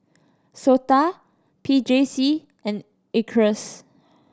SOTA P J C and Acres